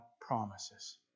promises